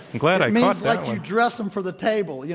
but like like dress them for the table, you